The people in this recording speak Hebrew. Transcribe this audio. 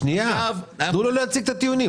נעמה, תמר, שנייה, תנו לו להציג את הטיעונים.